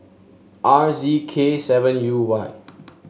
R Z K seven U Y